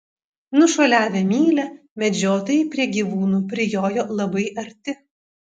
nušuoliavę mylią medžiotojai prie gyvūnų prijojo labai arti